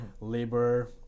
Labor